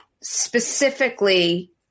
specifically